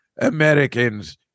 Americans